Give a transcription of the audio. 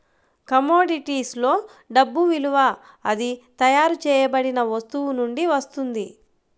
కమోడిటీస్లో డబ్బు విలువ అది తయారు చేయబడిన వస్తువు నుండి వస్తుంది